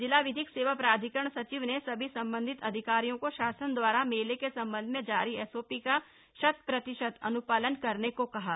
जिला विधिक सेवा प्राधिकरण सचिव ने सभी संबंधित अधिकारियों को शासन दवारा मेलों के संबंध में जारी एसओपी का शत प्रतिशत अनुपालन करने को कहा है